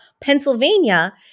Pennsylvania